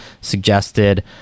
suggested